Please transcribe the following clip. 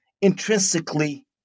intrinsically